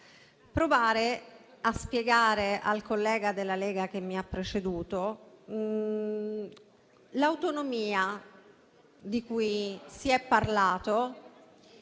provare a spiegare al collega della Lega che mi ha preceduto che l'autonomia di cui si è parlato